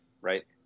right